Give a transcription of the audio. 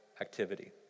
activity